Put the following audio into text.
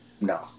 No